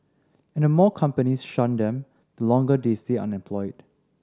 and the more companies shun them the longer they stay unemployed